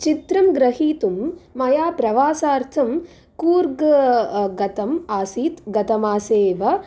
चित्रं गृहीतुं मया प्रवासार्थं कूर्ग गतम् आसीत् गतमासे एव